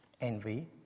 envy